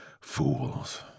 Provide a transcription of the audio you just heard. Fools